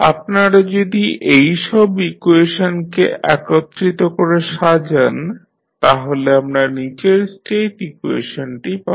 আপনারা যদি এইসব ইকুয়েশনকে একত্রিত করে সাজান তাহলে আমরা নীচের স্টেট ইকুয়েশনটি পাব